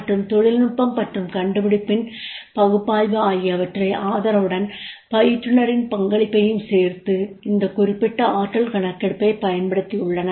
மற்றும் தொழில்நுட்பம் மற்றும் கண்டுபிடிப்பின் பகுப்பாய்வு ஆகியவற்றின் ஆதரவுடன் பயிற்றுனரின் பங்களிப்பையும் சேர்த்து இந்த குறிப்பிட்ட ஆற்றல் கணக்கெடுப்பை பயன்படுத்தியுள்ளனர்